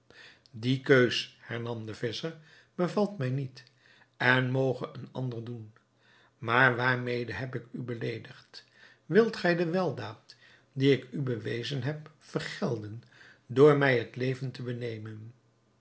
die keus hernam de visscher bevalt mij niet en moge een ander doen maar waarmede heb ik u beleedigd wilt gij de weldaad die ik u bewezen heb vergelden door mij het leven te benemen